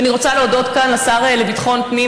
ואני רוצה להודות כאן לשר לביטחון הפנים,